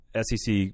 SEC